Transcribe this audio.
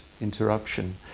interruption